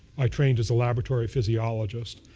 i trained as a laboratory physiologist.